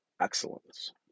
excellence